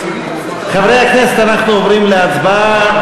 חברי הכנסת, אנחנו עוברים להצבעה.